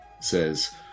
says